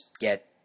get